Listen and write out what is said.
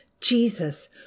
Jesus